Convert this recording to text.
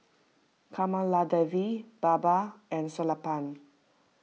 Kamaladevi Baba and Sellapan